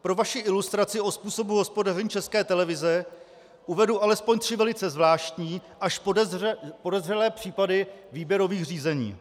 Pro vaši ilustraci o způsobu hospodaření České televize uvedu alespoň tři velice zvláštní až podezřelé případy výběrových řízení.